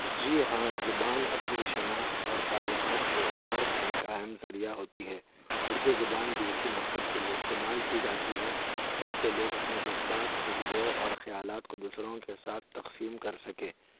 جی ہاں زبان اپنی شناخت اور تعلقات کو اظہار کرنے کا اہم ذریعہ ہوتی ہے اردو زبان بھی اسی مقصد کے لیے استعمال کی جاتی ہے تا کہ لوگ اپنے جذبات خوشبو اور خیالات کو دوسروں کے ساتھ تقسیم کر سکے